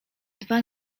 dwa